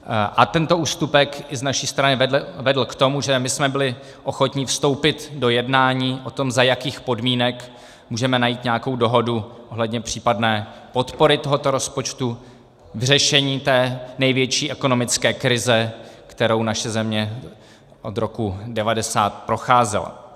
A tento ústupek i z naší strany vedl k tomu, že jsme byli ochotni vstoupit do jednání o tom, za jakých podmínek můžeme najít nějakou dohodu ohledně případné podpory tohoto rozpočtu v řešení té největší ekonomické krize, kterou naše země od roku 1990 procházela.